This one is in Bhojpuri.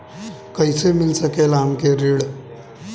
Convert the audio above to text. कइसे मिल सकेला हमके ऋण?